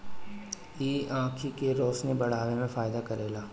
इ आंखी के रोशनी बढ़ावे में फायदा करेला